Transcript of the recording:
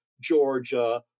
Georgia